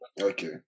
Okay